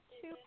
two